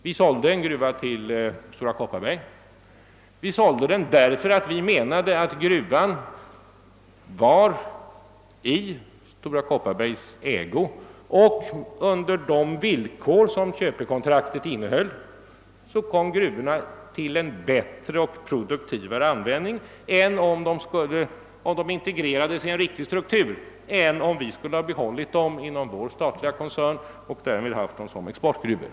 Vi sålde en gruva till Stora Kopparberg. Vi menade nämligen att gruvan i Stora Kopparbergs ägo och under de villkor som köpekontraktet innehöll kom till bättre och produktivare användning än om vi skulle ha behållit den i den statliga koncernen och drivit den som exportgruva.